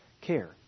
care